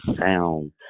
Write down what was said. sound